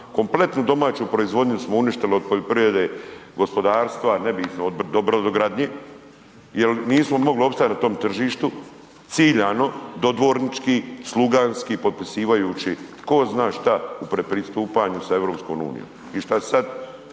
kompletnu domaću proizvodnju smo uništili od poljoprivrede, gospodarstva, ne bitno, do brodogradnje jer nismo mogli opstati na tom tržištu, ciljano, dodvornički, sluganski potpisivajući tko zna šta u predpristupanju sa EU. I šta sad?